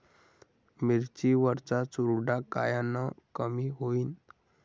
मिरची वरचा चुरडा कायनं कमी होईन?